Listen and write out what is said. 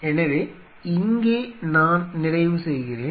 எனவே இங்கே நான் நிறைவு செய்கிறேன்